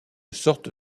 sorte